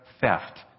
Theft